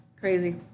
Crazy